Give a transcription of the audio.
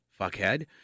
fuckhead